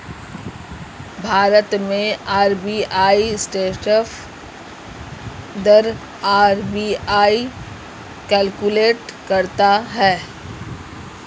भारत में आर.बी.आई संदर्भ दर आर.बी.आई कैलकुलेट करता है